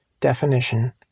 definition